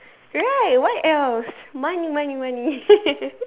right what else money money money